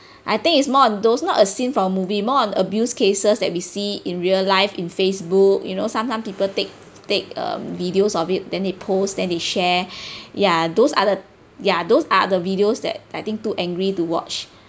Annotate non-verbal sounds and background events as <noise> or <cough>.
<breath> I think it's more on those not a scene from movie more on abuse cases that we see in real life in Facebook you know sometime people take take um videos of it then they post then they share <breath> ya those are the ya those are the videos that I think too angry to watch